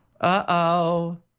Uh-oh